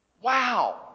Wow